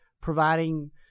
providing